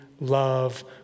love